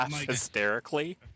hysterically